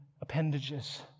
appendages